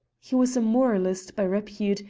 he was a moralist by repute,